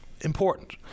important